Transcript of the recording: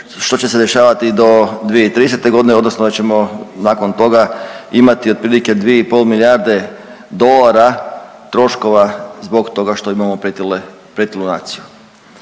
što će se dešavati do 2030.g. odnosno da ćemo nakon toga imati otprilike 2,5 milijarde dolara troškova zbog toga što imamo pretilu naciju.